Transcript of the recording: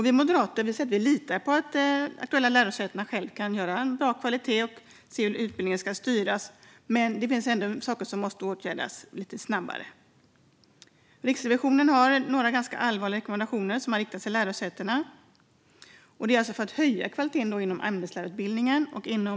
Vi moderater litar på att de aktuella lärosätena själva kan göra utbildning av bra kvalitet och vet hur utbildningen ska styras, men det finns ändå saker som måste åtgärdas lite snabbare. Riksrevisionen har några ganska allvarliga rekommendationer som man riktar till lärosätena för att höja kvaliteten inom ämneslärarutbildningen och KPU.